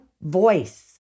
voice